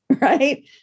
Right